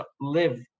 live